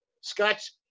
Scott's